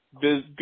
Good